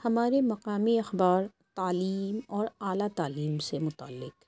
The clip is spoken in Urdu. ہمارے مقامی اخبار تعلیم اور اعلیٰ تعلیم سے متعلق